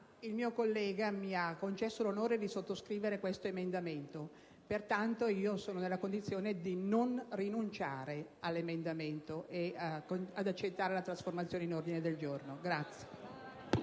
Stiffoni mi ha concesso l'onore di sottoscrivere il suo emendamento. Pertanto, sono nella condizione di non rinunciare all'emendamento e di non accettare la sua trasformazione in ordine del giorno.